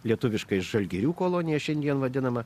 lietuviškai žalgirių kolonija šiandien vadinama